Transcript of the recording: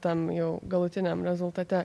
tam jau galutiniam rezultate